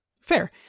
Fair